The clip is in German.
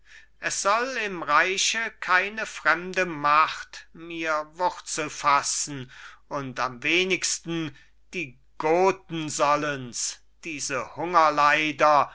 es soll im reiche keine fremde macht mir wurzel fassen und am wenigsten die goten sollens diese hungerleider